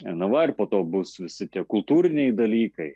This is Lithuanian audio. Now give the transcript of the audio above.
na va ir po to bus visi tie kultūriniai dalykai